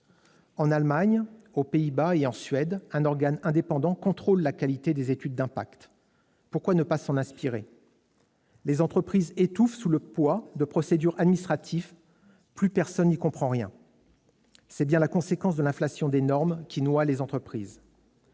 En Allemagne, aux Pays-Bas et en Suède, un organe indépendant contrôle la qualité des études d'impact. Pourquoi ne pas s'inspirer de leur exemple ? Les entreprises étouffent sous le poids des procédures administratives : plus personne n'y comprend rien. C'est la conséquence de l'inflation de normes, qui noie les entreprises